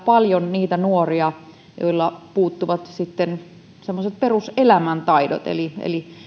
paljon niitä nuoria joilta puuttuvat semmoiset peruselämäntaidot eli eli